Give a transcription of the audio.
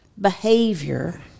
behavior